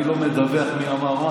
אני לא מדווח מי אמר מה,